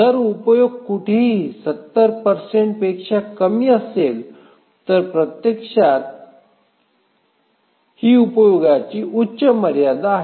जर उपयोग कुठेही 70० पेक्षा कमी असेल तर ही प्रत्यक्षात उपयोगाची उच्च मर्यादा आहे